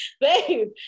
babe